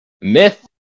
myth